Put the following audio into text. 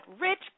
rich